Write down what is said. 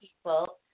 People